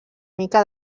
mica